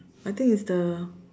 I think it's the